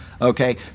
okay